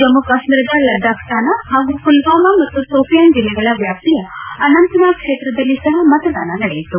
ಜಮ್ಮ ಕಾಶ್ಮೀರದ ಲಡಾಕ್ ಸ್ಥಾನ ಹಾಗೂ ಪುಲ್ವಾಮಾ ಮತ್ತು ಶೋಪಿಯಾನ್ ಜಿಲ್ಲೆಗಳ ವ್ಯಾಪ್ತಿಯ ಅನಂತನಾಗ್ ಕ್ಷೇತ್ರದಲ್ಲಿ ಸಹ ಮತದಾನ ನಡೆಯಿತು